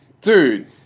dude